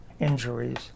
injuries